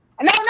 No